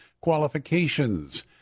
qualifications